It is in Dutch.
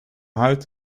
huid